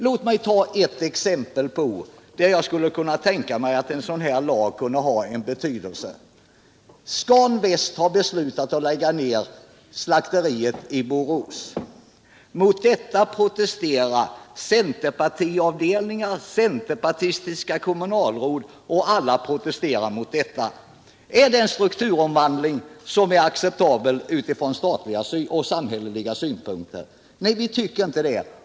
Låt mig då här ta ett exempel, där man skulle kunna tänka sig att en sådan lag kunde ha en viss betydelse. Scan Väst har beslutat att lägga ner slakteriet i Borås, men mot detta protesterar centerpartiavdelningar, centerpartistiska kommunalråd och alla berörda. Är det en strukturomvandling som är acceptabel från statliga och samhälleliga synpunkter? Nej, vi tycker inte det.